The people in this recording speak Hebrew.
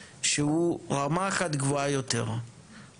וחוץ מזה יש לנו פה עוד תוספת שמביאה אותנו ל-16.5,